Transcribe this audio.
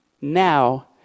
now